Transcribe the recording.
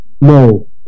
No